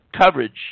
coverage